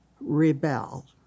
rebel